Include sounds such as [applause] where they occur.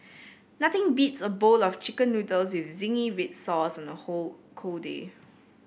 nothing beats a bowl of chicken noodles with zingy red sauce on a [unintelligible] cold day